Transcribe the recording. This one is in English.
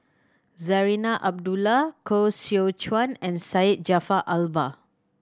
Zarinah Abdullah Koh Seow Chuan and Syed Jaafar Albar